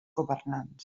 governants